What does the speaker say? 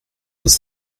was